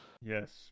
yes